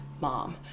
mom